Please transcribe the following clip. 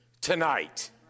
tonight